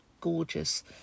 gorgeous